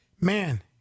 man